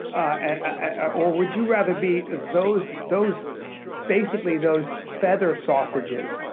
ah or would you rather be those those basically those feather sausages?